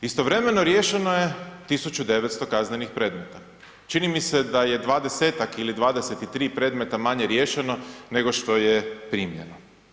Istovremeno riješeno je 1900 kaznenih predmeta, čini mi se da je 20-ak ili 23 predmeta manje riješeno nego što je primljeno.